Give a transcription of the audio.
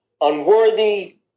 unworthy